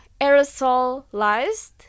aerosolized